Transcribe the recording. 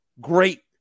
great